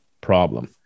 problem